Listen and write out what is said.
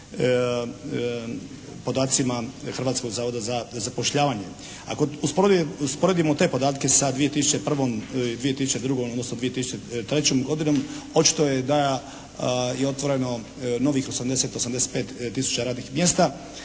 podacima Hrvatskog zavoda za zapošljavanje. Ako usporedimo te podatke sa 2001. i 2002. odnosno 2003. godinom, očito je da je otvoreno novih 80-85 tisuća radnih mjesta